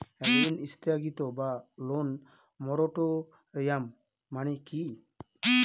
ঋণ স্থগিত বা লোন মোরাটোরিয়াম মানে কি?